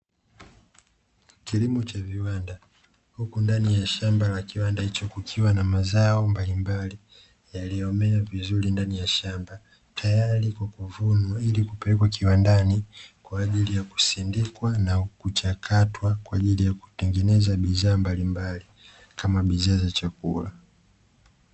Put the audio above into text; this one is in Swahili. Kilimo cha viwanda huku ndani ya shamba la kiwanda hicho kukiwa na mazao mbalimbali yaliyomea vizuri ndani ya shamba tayari kwa kuvunwa, ili kupelekwa kiwandani kwa ajili ya kusindikwa na kuchakatwa kwa ajili ya kutengeneza bidhaa mbalimbali kama bidhaa za chakula.